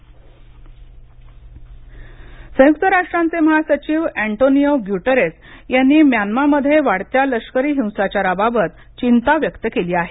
Myanmar संयुक्त राष्ट्रांचे महासचिव एन्टोनिओ ग्युटेरस यांनी म्यान्मामध्ये वाढत्या लष्करी हिंसाचाराबाबत चिंता व्यक्त केली आहे